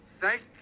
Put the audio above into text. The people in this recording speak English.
thank